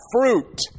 fruit